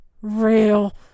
real